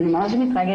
אני מאוד מתרגשת.